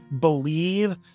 believe